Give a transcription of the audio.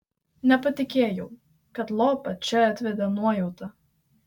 nepatikėjau kad lopą čia atvedė nuojauta